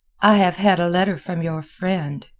i have had a letter from your friend,